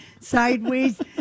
sideways